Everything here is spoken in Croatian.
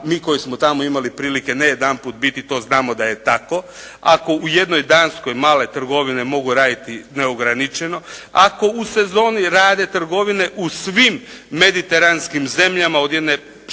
mi koji smo tamo imali prilike ne jedanput biti to znamo da je tako. Ako u jednoj Danskoj male trgovine mogu raditi neograničeno, ako u sezoni rade trgovine u svim mediteranskim zemljama od jedne